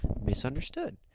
misunderstood